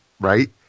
right